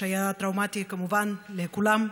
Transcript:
שהיה טראומטי כמובן לכולם,